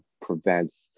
prevents